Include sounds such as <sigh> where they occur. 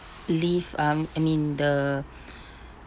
leave um I mean the <breath>